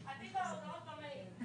את חוזרת לומר להם שדרשת מהם,